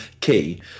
key